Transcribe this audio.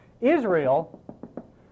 Israel